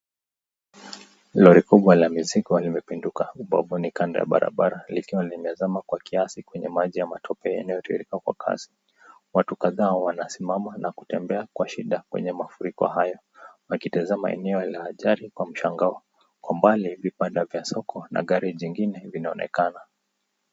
Lori kubwa la mizigo limepinduka ubavuni kando ya barabara likiwa limezama kwa kiasi kwenye maji ya matope yanayotiririka kwa kasi. Watu kadhaa wanasimama na kutembea kwa shida kwenye mafuriko hayo ,wakitazama eneo la ajali kwa mshangao. Kwa mbali vibanda vya soko na gari jingine vinaonekana.